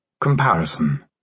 Comparison